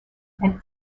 and